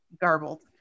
garbled